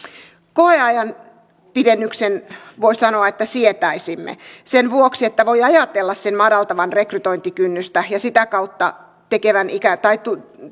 koeajan pidennyksen voi sanoa sietäisimme sen vuoksi että voi ajatella sen madaltavan rekrytointikynnystä ja sitä kautta